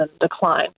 decline